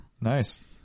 Nice